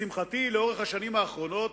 לשמחתי, בשנים האחרונות,